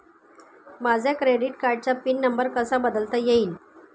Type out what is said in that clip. माझ्या क्रेडिट कार्डचा pin number कसा बदलता येईल?